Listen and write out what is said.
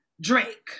Drake